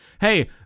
Hey